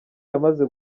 yamaze